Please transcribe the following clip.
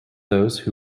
those